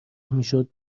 میشد